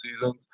seasons